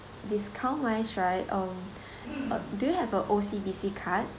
discount wise right um do you have a O_C_B_C card